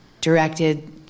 directed